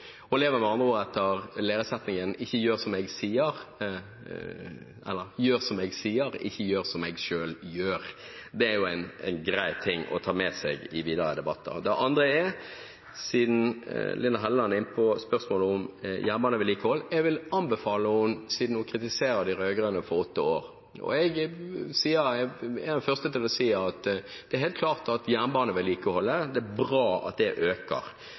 Hun lever med andre ord etter læresetningen «gjør som jeg sier, ikke gjør som jeg gjør» – det er jo greit å ta med seg i videre debatter. Det andre – siden representanten Hofstad Helleland er inne på spørsmålet om jernbanevedlikehold, og siden hun kritiserer de rød-grønne etter åtte år: Jeg er en av de første til å si at det helt klart er bra at jernbanevedlikeholdet øker.